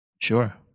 sure